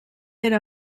era